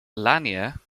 lanier